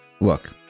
Look